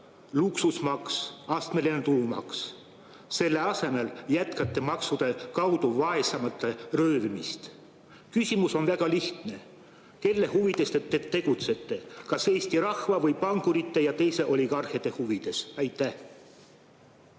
luksusmaks, astmeline tulumaks. Selle asemel jätkate maksude kaudu vaesemate röövimist. Küsimus on väga lihtne: kelle huvides te tegutsete, kas Eesti rahva või pankurite ja teiste oligarhide huvides? Aitäh,